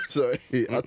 Sorry